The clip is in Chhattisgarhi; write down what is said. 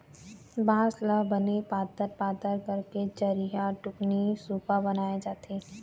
बांस ल बने पातर पातर करके चरिहा, टुकनी, सुपा बनाए जाथे